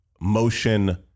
motion